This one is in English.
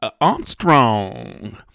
Armstrong